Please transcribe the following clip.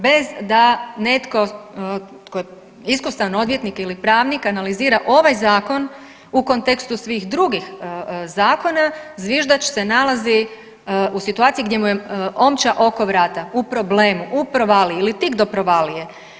Bez da netko tko je iskusan odvjetnik ili pravnik analizira ovaj zakon u kontekstu svih drugih zakona zviždač se nalazi u situaciji gdje mu je omča oko vrata, u problemu, u provaliji ili tik do provalije.